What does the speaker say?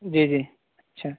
جی جی اچھا